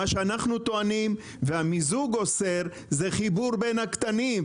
מה שאנחנו טוענים והמיזוג אוסר זה חיבור בין הקטנים,